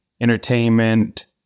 entertainment